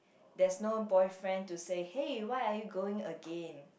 there's no boyfriend to say hey why are you going again